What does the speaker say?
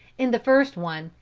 in the first one,